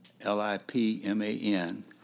L-I-P-M-A-N